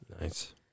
Nice